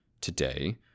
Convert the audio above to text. Today